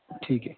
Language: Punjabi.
ਠੀਕ ਹੈ